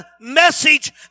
message